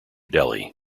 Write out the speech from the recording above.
delhi